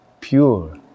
pure